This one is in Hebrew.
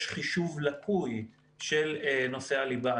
יש חישוב לקוי של נושא הליבה.